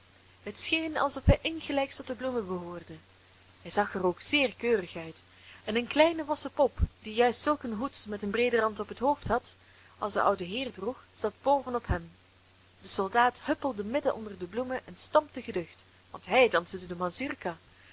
het scheen alsof hij ingelijks tot de bloemen behoorde hij zag er ook zeer keurig uit en een kleine wassen pop die juist zulk een hoed met een breeden rand op het hoofd had als de oude heer droeg zat boven op hem de soldaat huppelde midden onder de bloemen en stampte geducht want hij danste de